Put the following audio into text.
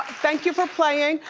thank you for playing.